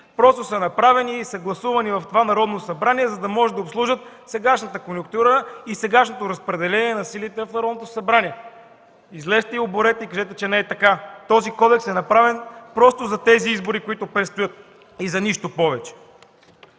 ЦИК, са направени и са гласувани в това Народно събрание, за да може да обслужат сегашната конюнктура и сегашното разпределение на силите в Народното събрание. Излезте и оборете, кажете, че не е така. Този кодекс е направен за изборите, които предстоят, и за нищо повече.